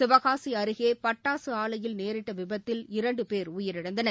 சிவகாசிஅருகேபட்டாசுஆலையில் நேரிட்டவிபத்தில் இரண்டுபேர் உயிரிழந்தனர்